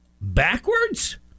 backwards